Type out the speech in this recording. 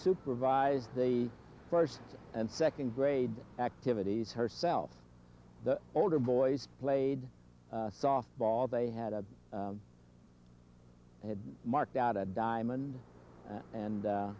supervised the first and second grade activities herself the older boys played softball they had a had marked out a diamond and